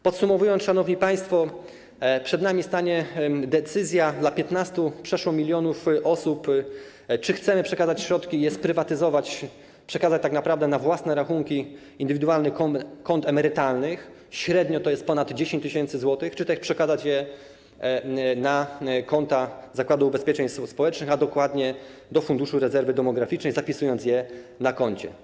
Podsumowując, szanowni państwo, przed nami decyzja, przed którą stanie przeszło 15 mln osób, czy chcemy przekazać środki i je sprywatyzować, przekazać tak naprawdę na własne rachunki indywidualnych kont emerytalnych - średnio to jest ponad 10 tys. zł, czy też przekazać je na konta Zakładu Ubezpieczeń Społecznych, a dokładnie do Funduszu Rezerwy Demograficznej, zapisując je na koncie.